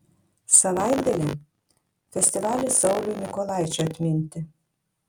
savaitgalį festivalis sauliui mykolaičiui atminti